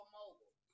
mobile